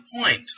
point